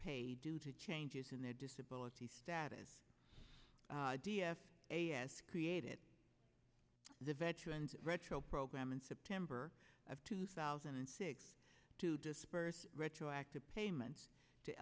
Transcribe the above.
pay due to changes in their disability status d f a s created the veterans retro program in september of two thousand and six to disperse retroactive payments to